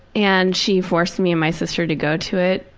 and she forced me and my sister to go to it.